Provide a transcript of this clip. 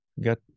got